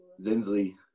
Zinsley